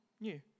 new